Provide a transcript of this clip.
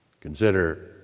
Consider